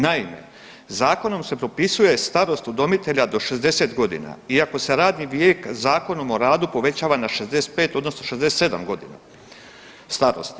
Naime, Zakonom se propisuje starost udomitelja do 60 godina iako se radni vijek Zakonom o radu povećava na 65 odnosno 67 godina starosti.